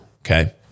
okay